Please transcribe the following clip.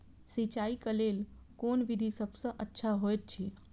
सिंचाई क लेल कोन विधि सबसँ अच्छा होयत अछि?